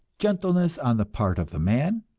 gentleness on the part of the man,